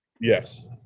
Yes